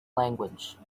language